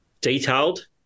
detailed